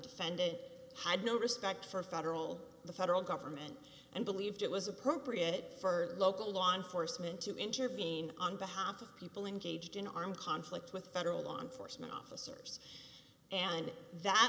defendant had no respect for federal the federal government and believed it was appropriate for local law enforcement to intervene on behalf of people engaged in armed conflict with federal law enforcement officers and that